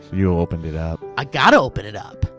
you opened it up. i gotta open it up.